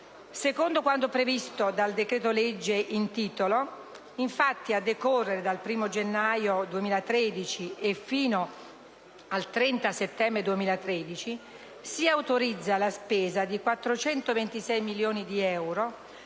Secondo quanto previsto dal decreto-legge in titolo infatti, a decorrere dal 1° gennaio 2013 e fino al 30 settembre 2013, si autorizza la spesa di 426 milioni di euro